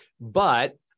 but-